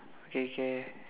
okay k